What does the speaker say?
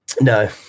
No